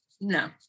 no